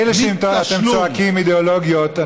מילא שאתם צועקים אידיאולוגיות,